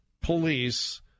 police